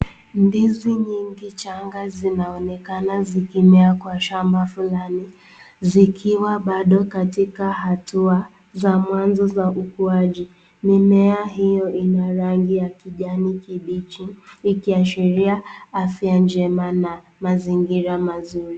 Ndizi nyingi changa zinaonekana zikimea kwenye kwa shamba fulani zikiwa bado katika hatua za mwanzo za hukuaji. Mimea hiyo ina rangi ya kijani kibichi ikiashiria afya njema na mazingira mazuri.